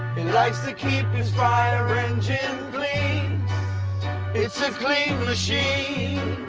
he likes to keep his fire engine clean it's a clean machine.